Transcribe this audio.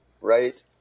right